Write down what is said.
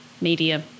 media